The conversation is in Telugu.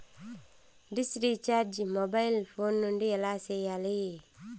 డిష్ రీచార్జి మొబైల్ ఫోను నుండి ఎలా సేయాలి